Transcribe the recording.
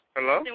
Hello